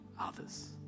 others